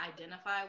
identify